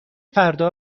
فردا